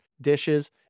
dishes